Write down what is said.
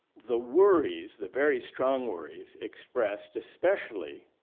the worries the very strong worries expressed especially